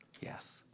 Yes